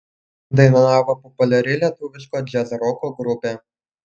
dainavo populiari lietuviško džiazroko grupė